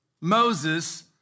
Moses